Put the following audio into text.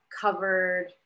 covered